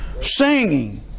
Singing